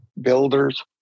Builders